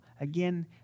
again